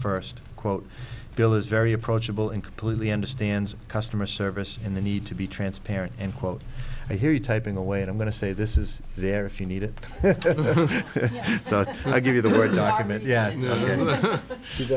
first quote bill is very approachable and completely understands customer service in the need to be transparent and quote i hear you typing away and i'm going to say this is there if you need it and i give you the word document yeah